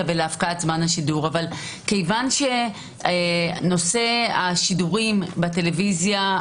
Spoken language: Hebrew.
ולהפקעת זמן השידור אבל כיוון שנושא השידורים בטלוויזיה,